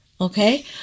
Okay